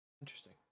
Interesting